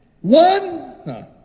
One